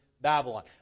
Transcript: Babylon